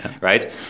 Right